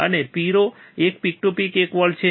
અને પીળો એક પીક ટુ પીક 1 વોલ્ટ છે